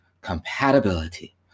compatibility